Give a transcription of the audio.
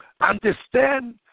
Understand